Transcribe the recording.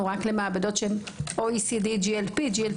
שמתייחסת למעבדות שרק מוכרות באירופה על ידי ה-OECD כלומר